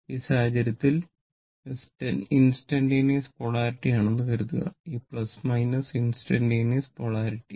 ഈ സാഹചര്യത്തിൽ instantaneous polarity ആണെന്ന് കരുതുക ഈ ഇൻസ്റ്റന്റന്റ്സ് പൊളാരിറ്റി